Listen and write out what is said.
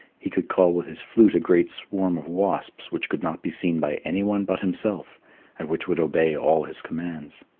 he could call with his flute a great swarm of wasps which could not be seen by anyone but himself and which would obey all his commands.